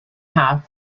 half